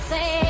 Say